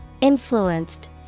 Influenced